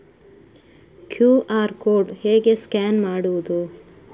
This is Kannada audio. ಕ್ಯೂ.ಆರ್ ಕೋಡ್ ಹೇಗೆ ಸ್ಕ್ಯಾನ್ ಮಾಡುವುದು?